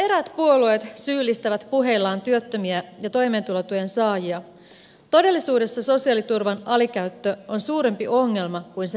vaikka eräät puolueet syyllistävät puheillaan työttömiä ja toimeentulotuen saajia todellisuudessa sosiaaliturvan alikäyttö on suurempi ongelma kuin sen väärinkäyttö